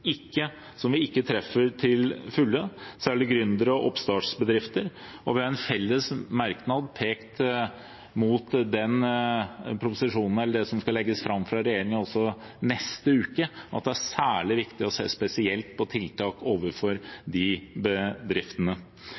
ikke treffer til fulle, særlig gründere og oppstartsbedrifter, og vi har i en felles merknad pekt mot det som skal legges fram fra regjeringen også neste uke, at det er særlig viktig å se spesielt på tiltak overfor de bedriftene.